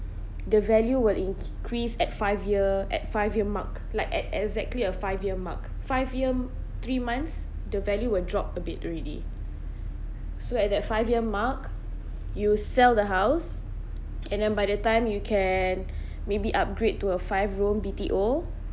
the value will increase at five year at five year mark like at exactly a five year mark five year three months the value will drop a bit already so at that five year mark you sell the house and then by the time you can maybe upgrade to a five room B_T_O